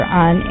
on